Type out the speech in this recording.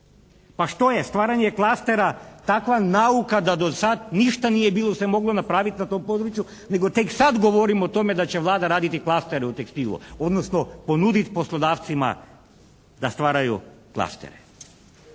Pa što je stvaranje klastera takva nauka da do sad ništa nije bilo se moglo napraviti na tom području nego tek sad govorimo o tome da će Vlada raditi klastere u tekstilu odnosno ponudit poslodavcima da stvaraju klastere.